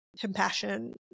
Compassion